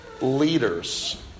leaders